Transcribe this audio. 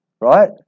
right